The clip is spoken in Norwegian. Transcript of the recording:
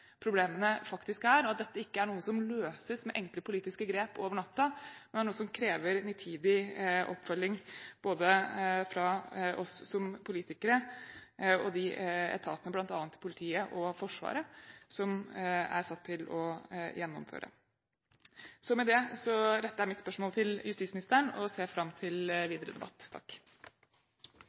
Dette ikke er noe som løses med enkle politiske grep over natten, men er noe som krever nitid oppfølging, både fra oss som politikere og de etater – bl.a. politiet og Forsvaret – som er satt til å gjennomføre. Så med det retter jeg mitt spørsmål til justisministeren og ser fram til videre debatt.